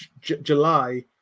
July